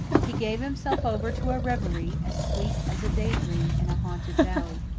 he gave himself over to a reverie, as sweet as a day-dream in a haunted valley.